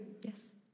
yes